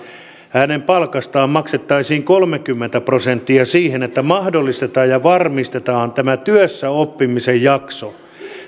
hänen palkastaan maksettaisiin kolmekymmentä prosenttia siihen että mahdollistetaan ja varmistetaan tämä työssäoppimisen jakso